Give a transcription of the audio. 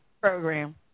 program